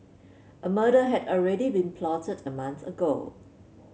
a murder had already been plotted a month ago